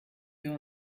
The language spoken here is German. wir